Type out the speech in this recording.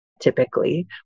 typically